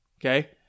Okay